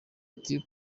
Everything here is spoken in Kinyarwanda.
ati